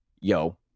yo